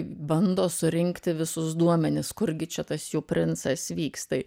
bando surinkti visus duomenis kur gi čia tas jų princas vyksta